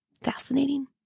Fascinating